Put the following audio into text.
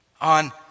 on